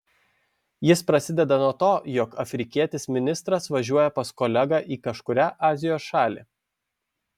jis prasideda nuo to jog afrikietis ministras važiuoja pas kolegą į kažkurią azijos šalį